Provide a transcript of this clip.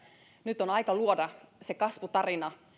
nyt on aika luoda se kasvutarina